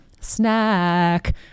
Snack